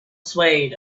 swayed